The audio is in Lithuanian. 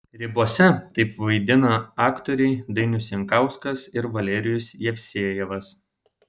ribose taip pat vaidina aktoriai dainius jankauskas ir valerijus jevsejevas